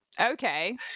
Okay